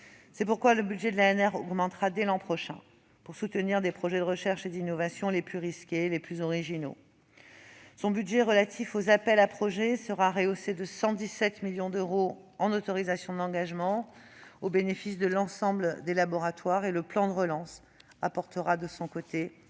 C'est pourquoi le budget de l'ANR augmentera dès l'an prochain, pour soutenir les projets de recherche et d'innovation les plus risqués et les plus originaux. Son budget relatif aux appels à projets sera ainsi rehaussé de 117 millions d'euros en autorisations d'engagement, au bénéfice de l'ensemble des laboratoires de recherche. Le plan de relance apportera, de son côté,